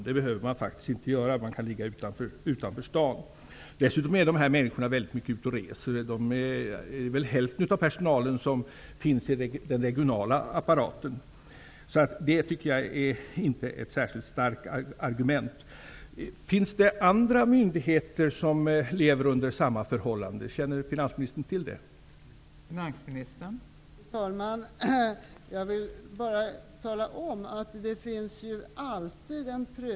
Det är faktiskt inte nödvändigt. Man kan vara inhyst utanför sta'n. Dessutom är personalen väldigt mycket ute och reser. Hälften av personalen finns ju inom den regionala apparaten. Således är inte detta ett särskilt starkt argument. Finns det andra myndigheter som verkar under samma förhållanden? Känner finansministern till någonting om det?